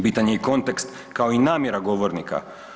Bitan je i kontekst kao i namjera govornika.